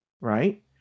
right